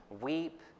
Weep